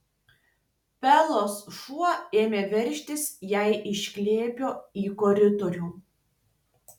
belos šuo ėmė veržtis jai iš glėbio į koridorių